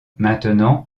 maintenant